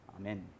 Amen